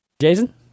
jason